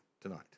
tonight